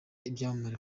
ibyamamare